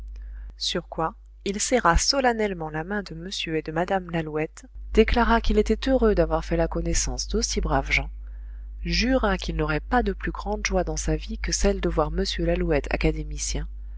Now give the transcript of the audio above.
sur quoi il serra solennellement la main de m et de mme lalouette déclara qu'il était heureux d'avoir fait la connaissance d'aussi braves gens jura qu'il n'aurait pas de plus grande joie dans sa vie que celle de voir m lalouette académicien